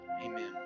amen